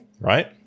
right